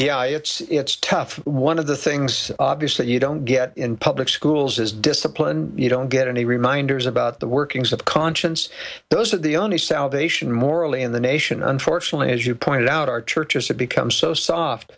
yeah it's it's tough one of the things obvious that you don't get in public schools is discipline you don't get any reminders about the workings of conscience those are the only salvation morally in the nation unfortunately as you pointed out our churches have become so soft